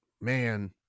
man